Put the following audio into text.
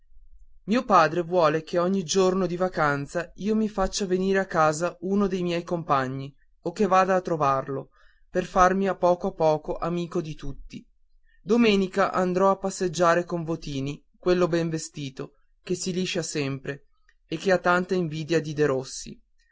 mio padre vuole che ogni giorno di vacanza io mi faccia venire a casa uno de miei compagni o che vada a trovarlo per farmi a poco a poco amico di tutti domenica andrò a passeggiare con votini quello ben vestito che si liscia sempre e che ha tanta invidia di derossi